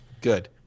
Good